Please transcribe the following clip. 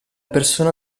persona